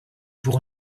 pour